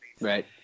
right